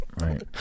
right